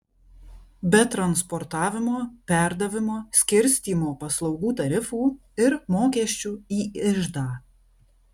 be transportavimo perdavimo skirstymo paslaugų tarifų ir mokesčių į iždą